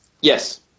Yes